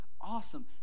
Awesome